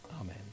Amen